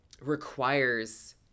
requires